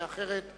שאחרת,